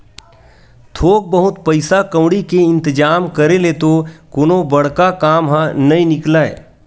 थोक बहुत पइसा कउड़ी के इंतिजाम करे ले तो कोनो बड़का काम ह नइ निकलय